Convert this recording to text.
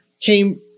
came